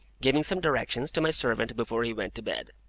giving some directions to my servant before he went to bed.